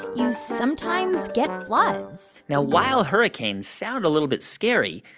you sometimes get floods now, while hurricanes sound a little bit scary,